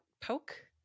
poke